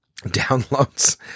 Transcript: downloads